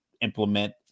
implement